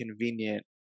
convenient